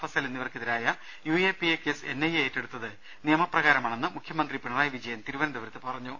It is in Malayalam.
ഫസൽ എന്നിവർക്കെതിരായിയു A P A case N I A ഏറ്റെടു ത്തത് നിയമ പ്രകാരമാണെന്ന് മുഖ്യമന്ത്രി പിണറായി വിജയൻ തിരുവന ന്തപുരത്ത് പറഞ്ഞു